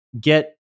get